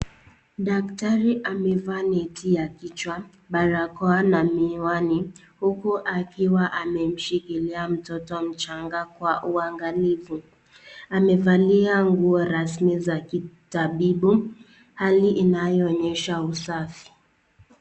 Daktari amevaa neti ya Kichwa barakoa na miwani huku akiwa amemshikilia mtoto mchanga kwa uwangalifu. Amevalia nguo rasmi za kitabibu hali inayoonyesha usafi.